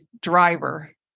driver